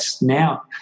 now